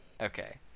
Okay